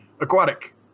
Aquatic